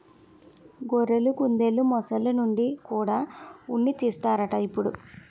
గొర్రెలు, కుందెలు, మొసల్ల నుండి కూడా ఉన్ని తీస్తన్నారట ఇప్పుడు